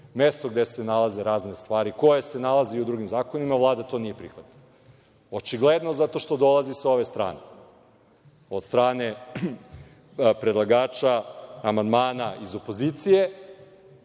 mesto gde se nalaza razne stvari koje se nalazi i u drugim zakonima, Vlada to nije prihvatila. Očigledno zato što dolazi sa ove strane, od strane predlagača amandmana iz opozicije